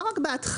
לא רק בהתחלה,